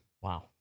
Wow